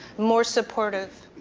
more supportive,